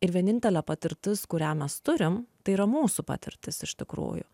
ir vienintelė patirtis kurią mes turim tai yra mūsų patirtis iš tikrųjų